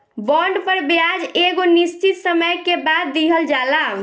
bond पर ब्याज एगो निश्चित समय के बाद दीहल जाला